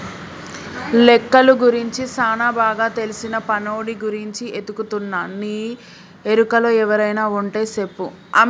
లెక్కలు గురించి సానా బాగా తెల్సిన పనోడి గురించి ఎతుకుతున్నా నీ ఎరుకలో ఎవరైనా వుంటే సెప్పు